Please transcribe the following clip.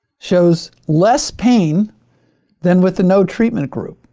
shows less pain than with the no treatment group.